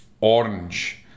orange